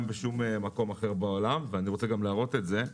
בשום מקום אחר בעולם ואני גם רוצה להראות את זה.